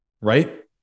right